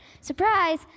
Surprise